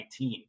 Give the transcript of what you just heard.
2019